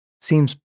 seems